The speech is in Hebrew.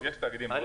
יש --- בסדר,